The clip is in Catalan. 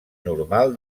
normal